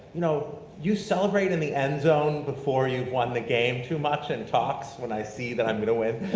you know you celebrate in the end zone before you've won the game too much in talks, when i see that i'm gonna win.